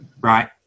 Right